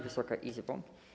Wysoka Izbo!